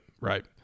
right